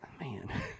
man